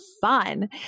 fun